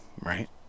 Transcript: Right